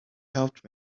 helped